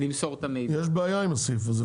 יש בעיה עם הסעיף הזה,